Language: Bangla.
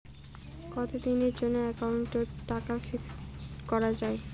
কতদিনের জন্যে একাউন্ট ওত টাকা ফিক্সড করা যায়?